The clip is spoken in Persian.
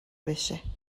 بشه